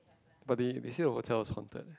but they they say the hotel is haunted eh